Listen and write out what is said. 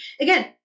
Again